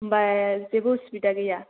होमबा जेबो असुबिदा गैया